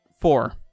Four